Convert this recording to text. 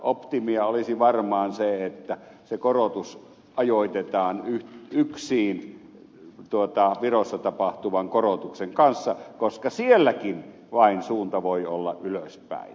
optimia olisi varmaan se että se korotus ajoitetaan yksiin virossa tapahtuvan korotuksen kanssa koska sielläkin suunta voi olla vain ylöspäin